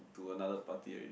to another party already